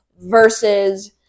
versus